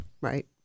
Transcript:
Right